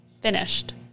finished